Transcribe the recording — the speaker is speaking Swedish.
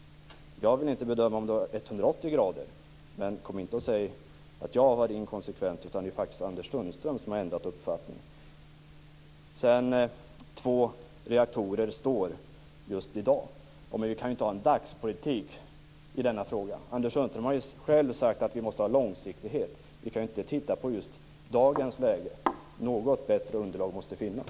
Jag kan inte bedöma om det var 180 grader. Men kom inte och säg att jag har varit inkonsekvent. Det är faktiskt Anders Sundström som har ändrat uppfattning. Två reaktorer står just i dag. Vi kan inte ha en dagspolitik i denna fråga. Anders Sundström har själv sagt att vi måste ha långsiktighet. Vi kan inte titta på just dagens läge. Något bättre underlag måste finnas.